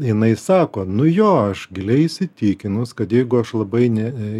jinai sako nu jo aš giliai įsitikinus kad jeigu aš labai ne